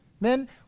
men